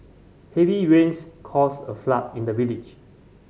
heavy rains caused a flood in the village